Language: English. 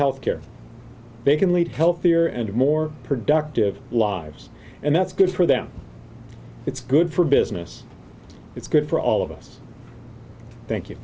health care they can lead healthier and more productive lives and that's good for them it's good for business it's good for all of us thank you